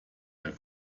der